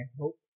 hope